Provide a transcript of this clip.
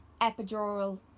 epidural